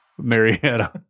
Marietta